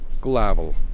glavel